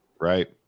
Right